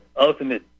ultimate